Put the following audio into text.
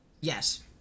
yes